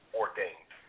ordained